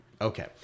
Okay